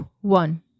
one